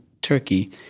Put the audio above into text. Turkey